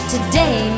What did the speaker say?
Today